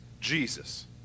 Jesus